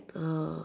uh